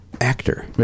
actor